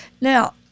Now